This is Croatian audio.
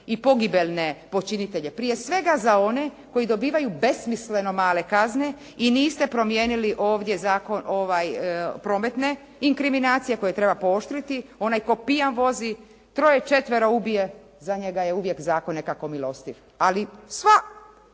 i pogibeljne počinitelje, prije svega za one koji dobivaju besmisleno male kazne i niste promijenili ovdje prometne inkriminacije koje treba pooštriti. Onaj tko pijan vozi troje, četvero ubije za njega je uvijek zakon nekako milostiv. Ali sva